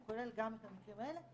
הוא כולל גם את המקרים האלה.